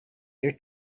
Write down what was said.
your